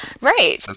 Right